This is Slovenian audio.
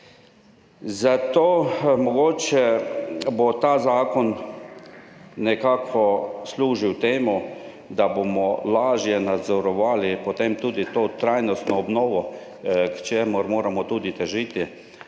Zato bo mogoče ta zakon nekako služil temu, da bomo lažje nadzorovali potem tudi to trajnostno obnovo, k čemur moramo tudi težiti,